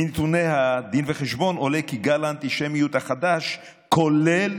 מנתוני הדין וחשבון עולה כי גל האנטישמיות החדש כולל